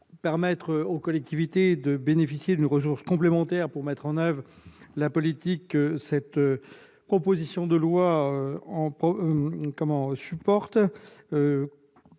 permettre aux collectivités de bénéficier d'une ressource complémentaire pour mettre en oeuvre la politique que cette proposition de loi supporte ;